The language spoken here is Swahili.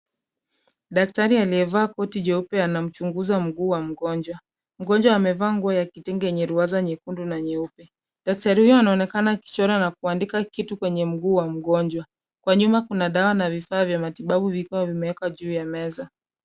Daktari aliyevaa koti jeupe anamchunguza mguu wa mgonjwa. Mgonjwa amevaa nguo ya kitenge yenye ruwaza nyekundu na nyeupe. Daktari huyo anaonekana akichora na kuandika kitu kwenye mguu wa mgonjwa. Kwa nyuma kuna dawa na vifaa vya matibabu vikiwa vimewekwa juu ya meza.